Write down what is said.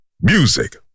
Music